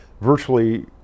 virtually